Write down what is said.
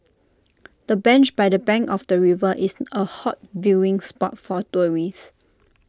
the bench by the bank of the river is A hot viewing spot for tourists